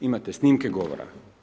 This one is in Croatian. Imate snimke govora.